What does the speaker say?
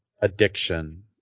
addiction